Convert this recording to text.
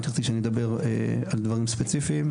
אם תרצי שנדבר על דברים ספציפיים,